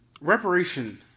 Reparation